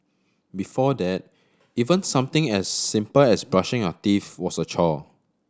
before that even something as simple as brushing your teeth was a chore